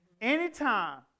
Anytime